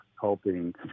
helping